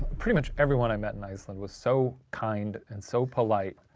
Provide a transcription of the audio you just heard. pretty much everyone i met in iceland was so kind and so polite.